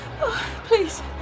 Please